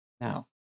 now